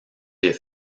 des